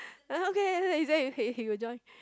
then okay okay then okay he will join